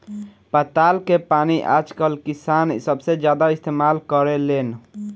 पताल के पानी आजकल किसान सबसे ज्यादा इस्तेमाल करेलेन